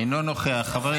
אינו נוכח.